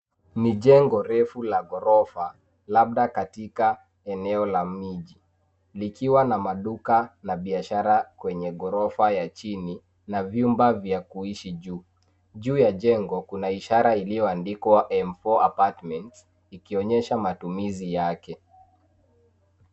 Ni jengo refu la ghorofa labda katika eneo la miji likiwa na maduka na biashara kwenye ghorofa ya chini na vyumba vya kuishi juu. Juu ya jengo kuna ishara iliyoandikwa cs[M4 Apartments]cs ikionyesha matumizi yake.